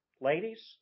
ladies